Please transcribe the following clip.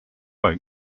while